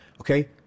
okay